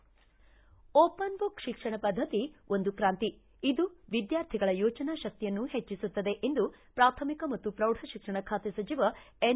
open book ಶಿಕ್ಷಣ ಪದ್ಧತಿ ಒಂದು ಕಾಂತಿ ಇದು ವಿದ್ವಾರ್ಥಿಗಳ ಯೋಚನಾ ಶಕ್ತಿಯನ್ನು ಪೆಜ್ಜಿಸುತ್ತದೆ ಎಂದು ಪ್ರಾಥಮಿಕ ಮತ್ತು ಪ್ರೌಢ ಶಿಕ್ಷಣ ಬಾತೆ ಸಚಿವ ಎನ್